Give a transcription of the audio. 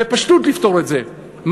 בפשטות לפתור את זה,